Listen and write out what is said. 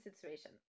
situation